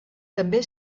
també